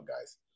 guys